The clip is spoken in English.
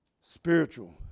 spiritual